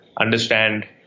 understand